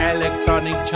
Electronic